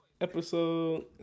episode